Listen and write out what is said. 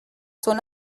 son